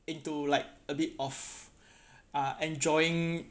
into like a bit of uh enjoying